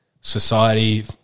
society